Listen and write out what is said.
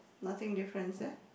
nothing difference ya